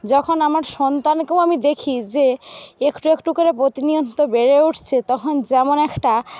যখন আমার সন্তানকেও আমি দেখি যে একটু একটু করে প্রতিনিয়ত বেড়ে উঠছে তখন যেমন একটা